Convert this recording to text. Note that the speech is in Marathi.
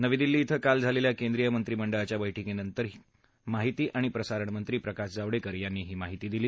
नवी दिल्ली इथं काल झालेल्या केंद्रीय मंत्रिमंडळाच्या बैठकीनंतर माहिती आणि प्रसारण मंत्री प्रकाश जावडेकर यांनी ही माहिती दिली